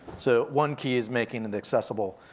so one key is making it accessible.